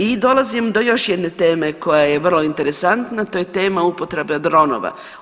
I dolazim do još jedne teme koja je vrlo interesantna, to je tema upotrebe dronova.